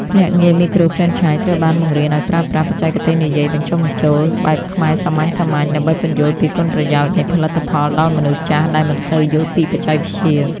ភ្នាក់ងារមីក្រូហ្វ្រេនឆាយត្រូវបានបង្រៀនឱ្យប្រើប្រាស់ "បច្ចេកទេសនិយាយបញ្ចុះបញ្ចូល" បែបខ្មែរសាមញ្ញៗ ដើម្បីពន្យល់ពីគុណប្រយោជន៍នៃផលិតផលដល់មនុស្សចាស់ដែលមិនសូវយល់ពីបច្ចេកវិទ្យា។